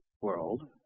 world